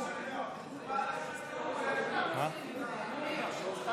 אולי נשכנע אותו.